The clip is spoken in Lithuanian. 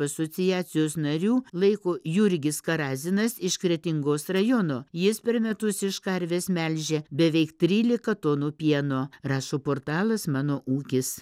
asociacijos narių laiko jurgis karazinas iš kretingos rajono jis per metus iš karvės melžia beveik trylika tonų pieno rašo portalas mano ūkis